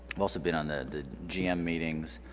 i've also been on the gm meetings